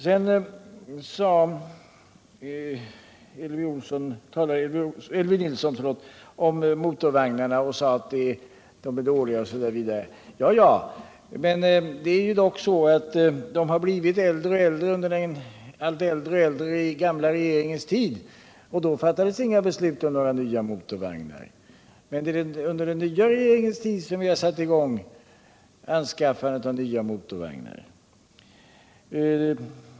Sedan sade Elvy Nilsson att motorvagnarna är dåliga. Ja, men det är dock så att de har blivit allt sämre under den gamla regeringens tid, och då fattades inga beslut om nya motorvagnar. Det är under den nya regeringens tid som vi har satt i gång med att anskaffa nya motorvagnar.